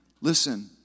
listen